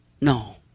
No